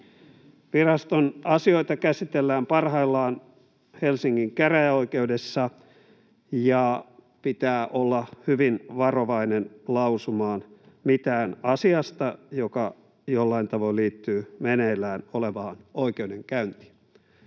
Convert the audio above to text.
Viraston asioita käsitellään parhaillaan Helsingin käräjäoikeudessa, ja pitää olla hyvin varovainen lausumaan mitään asiasta, joka jollain tavoin liittyy meneillään olevaan oikeudenkäyntiin.